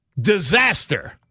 disaster